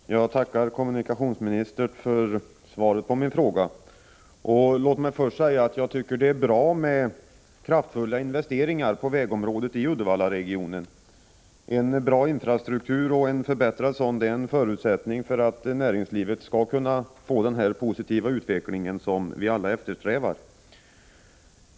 Fru talman! Jag tackar kommunikationsministern för svaret på min fråga. Låt mig först säga att jag tycker att det är bra att man gör kraftfulla investeringar på vägområdet i Uddevallaregionen. En bra, och en förbättrad, infrastruktur är en förutsättning för att näringslivet skall få den positiva utveckling som vi alla eftersträvar.